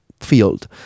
field